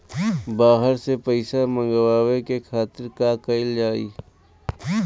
बाहर से पइसा मंगावे के खातिर का कइल जाइ?